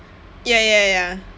ya ya ya